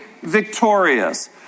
victorious